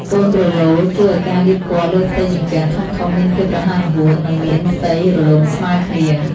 កូនរ៉ូឡូ ជួយឱ្យការលាបពណ៌លើផ្ទៃជញ្ជាំងធំៗមានភាពរហ័សរហួន និងមានផ្ទៃរលោងស្មើគ្នា។